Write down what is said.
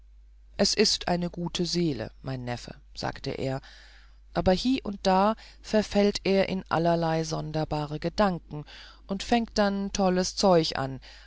es ist eine gute seele mein neffe sagte er aber hie und da verfällt er in allerlei sonderbare gedanken und fängt dann tolles zeug an